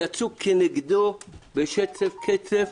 יצאו כנגדו בשצף קצף,